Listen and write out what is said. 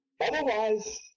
Otherwise